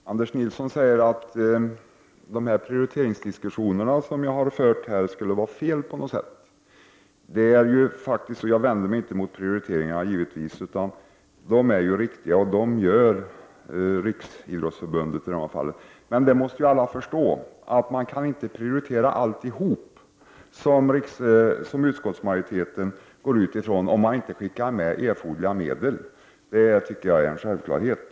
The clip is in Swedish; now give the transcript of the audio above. Herr talman! Anders Nilsson säger att de prioriteringsdiskussioner som jag har fört är felaktiga. Men jag vänder mig naturligtvis inte mot prioriteringarna. De görs av Riksidrottsförbundet och de är naturligtvis riktiga. Men alla måste ju förstå att allt inte kan prioriteras, vilket utskottsmajoriteten utgår från, om inte erforderliga medel ges. Det tycker jag är en självklarhet.